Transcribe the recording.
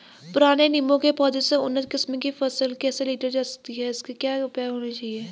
पुराने नीबूं के पौधें से उन्नत किस्म की फसल कैसे लीटर जा सकती है इसके लिए क्या उपाय करने चाहिए?